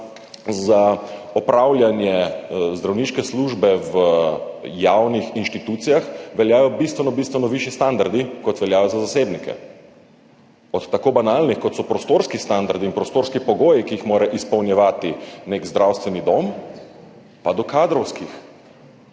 za opravljanje zdravniške službe v javnih institucijah veljajo bistveno bistveno višji standardi, kot veljajo za zasebnike. Od tako banalnih, kot so prostorski standardi in prostorski pogoji, ki jih mora izpolnjevati nek zdravstveni dom, pa do kadrovskih,